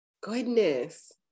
goodness